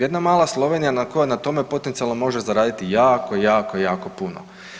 Jedna mala Slovenija koja na tome potencijalno može zaraditi jako, jako, jako puno.